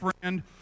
friend